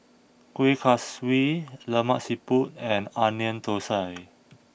Kueh Kaswi Lemak Siput and Onion Thosai